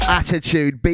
attitude